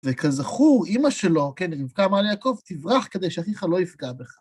וכזכור, אימא שלו, כן, רבקה, אמרה ליעקב, תברח כדי שאחיך לא יפגע בך.